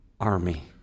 army